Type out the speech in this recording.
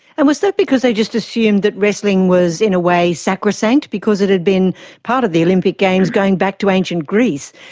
and was that because they just assumed that wrestling was, in a way, sacrosanct because it had been part of the olympic games going back to ancient greece?